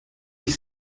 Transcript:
ich